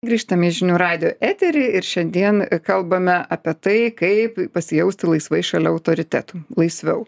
grįžtame į žinių radijo eterį ir šiandien kalbame apie tai kaip pasijausti laisvai šalia autoritetų laisviau